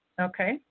Okay